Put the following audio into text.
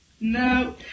No